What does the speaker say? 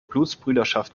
blutsbrüderschaft